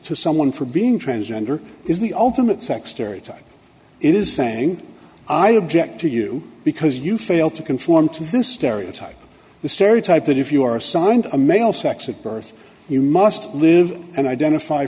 to someone for being transgender is the ultimate sex stereotype it is saying i object to you because you fail to conform to this stereotype the stereotype that if you are assigned a male sex at birth you must live and identify